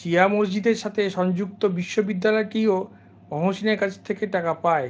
শিয়া মসজিদের সাথে সংযুক্ত বিশ্ববিদ্যালয়টিও মহসিনের কাছ থেকে টাকা পায়